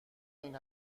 این